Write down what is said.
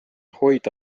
hoida